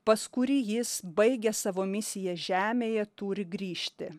pas kurį jis baigęs savo misiją žemėje turi grįžti